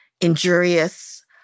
injurious